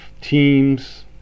teams